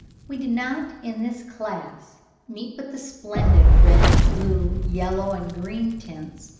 we do not in this class meet with the splendid red, blue, yellow, and green tints,